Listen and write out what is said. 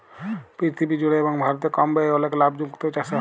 পীরথিবী জুড়ে এবং ভারতে কম ব্যয়ে অলেক লাভ মুক্ত চাসে হ্যয়ে